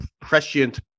prescient